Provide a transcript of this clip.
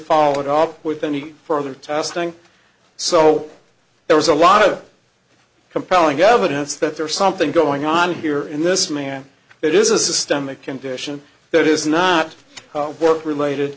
follow it up with any further testing so there was a lot of compelling evidence that there is something going on here in this man that is a systemic condition that is not work related